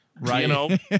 right